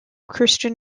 christian